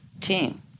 team